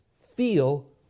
feel